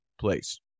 place